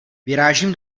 vyrážím